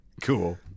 Cool